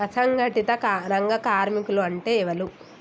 అసంఘటిత రంగ కార్మికులు అంటే ఎవలూ?